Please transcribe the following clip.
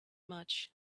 much